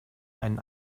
einen